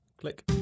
click